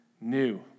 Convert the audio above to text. new